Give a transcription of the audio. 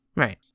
Right